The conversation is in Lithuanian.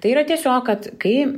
tai yra tiesiog kad kai